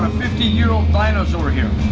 fifty-year-old dinosaur here